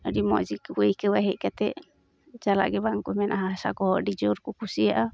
ᱟᱹᱰᱤ ᱢᱚᱡᱽᱜᱮ ᱠᱚ ᱟᱹᱭᱠᱟᱹᱣᱟ ᱦᱮᱡ ᱠᱟᱛᱮᱫ ᱪᱟᱞᱟᱜ ᱜᱮ ᱵᱟᱝᱠᱚ ᱢᱮᱱᱟ ᱦᱟᱥᱟ ᱠᱚᱦᱚᱸ ᱟᱹᱰᱤ ᱡᱳᱨᱠᱚ ᱠᱩᱥᱤᱭᱟᱜᱼᱟ